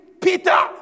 Peter